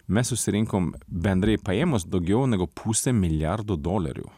mes susirinkom bendrai paėmus daugiau negu pusė milijardo dolerių